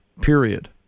period